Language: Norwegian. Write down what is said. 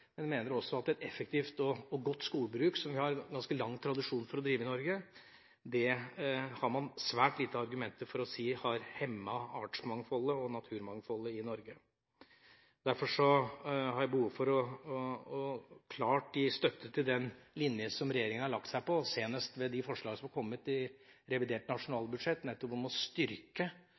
Men vi mener også at et effektivt og godt skogbruk, som vi har ganske lang tradisjon for å drive i Norge, har man svært lite argumenter for å si har hemmet artsmangfoldet og naturmangfoldet i Norge. Derfor har jeg behov for klart å gi støtte til den linja som regjeringa har lagt seg på, senest ved de forslag som er kommet i revidert nasjonalbudsjett nettopp om å styrke